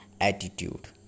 attitude